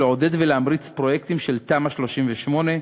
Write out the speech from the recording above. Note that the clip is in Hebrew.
לעודד ולהמריץ פרויקטים של תמ"א 38,